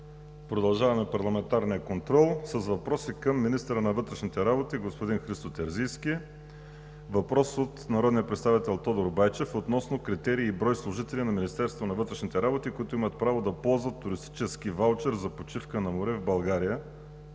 Продължаваме парламентарния контрол с въпроси към министъра на вътрешните работи господин Христо Терзийски. Въпрос от народния представител Тодор Байчев относно критерии и брой служители на Министерството на вътрешните работи, които имат право да ползват туристически ваучер за почивка на море в България.